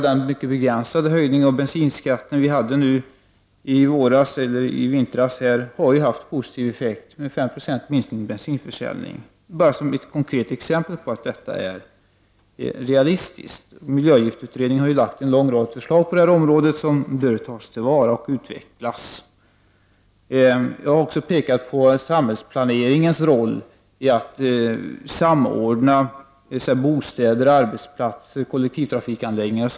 Den mycket begränsade höjning av bensinskatten som genomfördes i vintras har fått positiva effekter så till vida att bensinförbrukningen har minskat med 5 70. Det här är bara ett konkret exempel på att det som jag har framfört är realisiskt. Vidare har ju miljöavgiftsutredningen lagt fram en lång rad förslag på det här området, och dessa bör tas till vara och utvecklas. Jag har också pekat på samhällsplaneringens roll när det gäller att samordna bostäder, arbetsplatser, kollektivtrafikanläggningar etc.